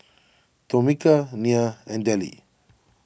Tomika Nya and Dellie